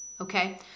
Okay